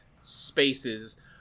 spaces